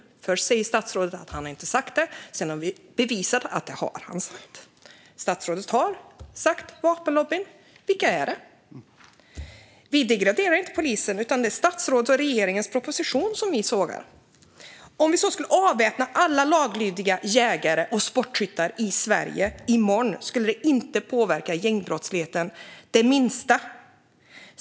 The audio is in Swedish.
Först säger statsrådet att han inte har talat om vapenlobbyn, men vi har bevisat att han har gjort det. Vilka är det? Vi degraderar inte polisen, utan det är statsrådets och regeringens proposition som vi sågar. Om vi så skulle avväpna alla laglydiga jägare och sportskyttar i Sverige i morgon skulle det inte påverka gängbrottsligheten det minsta.